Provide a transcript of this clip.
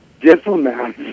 diplomat